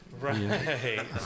Right